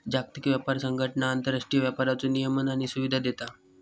जागतिक व्यापार संघटना आंतरराष्ट्रीय व्यापाराचो नियमन आणि सुविधा देता